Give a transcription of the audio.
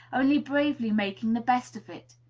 only bravely making the best of it.